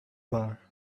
bar